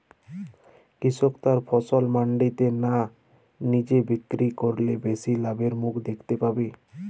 কৃষক তার ফসল মান্ডিতে না নিজে বিক্রি করলে বেশি লাভের মুখ দেখতে পাবে?